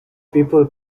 people